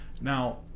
now